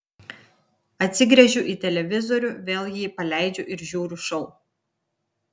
atsigręžiu į televizorių vėl jį paleidžiu ir žiūriu šou